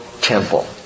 temple